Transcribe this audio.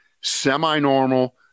semi-normal